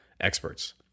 experts